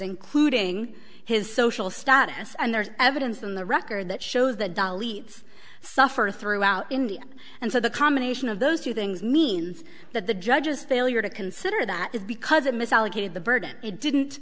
including his social status and there's evidence in the record that shows that dolly suffered throughout india and so the combination of those two things means that the judge's failure to consider that is because it misallocated the burden it didn't